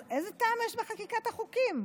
אז איזה טעם יש בחקיקת החוקים?